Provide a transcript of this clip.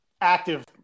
active